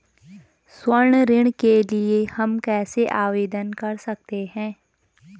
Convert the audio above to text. स्वर्ण ऋण के लिए हम कैसे आवेदन कर सकते हैं?